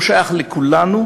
הוא שייך לכולנו,